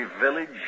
village